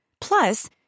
plus